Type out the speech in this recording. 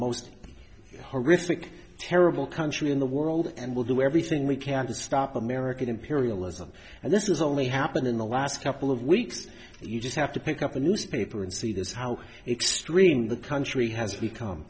most horrific terrible country in the world and will do everything we can to stop american imperialism and this is only happened in the last couple of weeks you just have to pick up a newspaper and see this how extreme the country has become